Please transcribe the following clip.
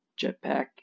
Jetpack